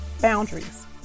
Boundaries